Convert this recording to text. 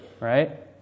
right